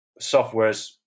softwares